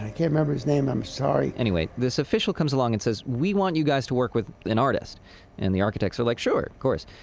can't remember his name, i'm sorry anyway, this official comes along and says, we want you guys to work with an artist and the architects are like, sure of course.